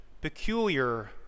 peculiar